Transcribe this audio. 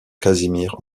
casimir